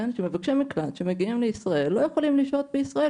שמבקשי מקלט שמגיעים לישראל לא יכולים לשהות בישראל